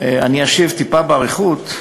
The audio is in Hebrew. אני אשיב טיפה באריכות,